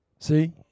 See